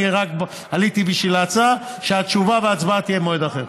רק עליתי בשביל ההצעה שהתשובה וההצבעה תהיה במועד אחר.